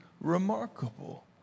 remarkable